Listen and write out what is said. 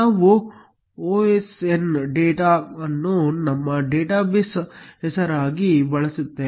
ನಾವು osndata ಅನ್ನು ನಮ್ಮ ಡೇಟಾಬೇಸ್ ಹೆಸರಾಗಿ ಬಳಸುತ್ತೇವೆ